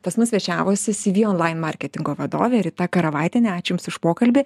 pas mus svečiavosi cv online marketingo vadovė rita karavaitienė ačiū jums už pokalbį